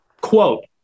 Quote